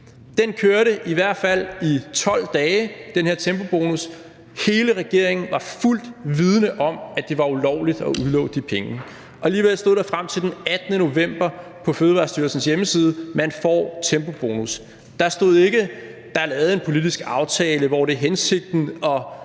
Den kørte i hvert fald i 12 dage, altså den her tempobonus. Hele regeringen var fuldt vidende om, at det var ulovligt at udlove de penge, og alligevel stod der frem til den 18. november på Fødevarestyrelsens hjemmeside, at man får tempobonus. Der stod ikke: Der er lavet en politisk aftale, hvor det er hensigten at